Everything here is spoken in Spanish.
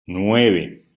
nueve